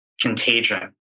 contagion